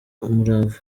umurava